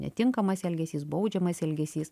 netinkamas elgesys baudžiamas elgesys